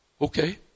Okay